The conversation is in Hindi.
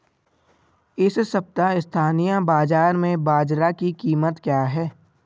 इस सप्ताह स्थानीय बाज़ार में बाजरा की कीमत क्या है?